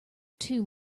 too